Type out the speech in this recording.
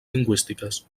lingüístiques